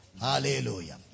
Hallelujah